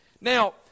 Now